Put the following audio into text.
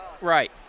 Right